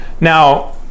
Now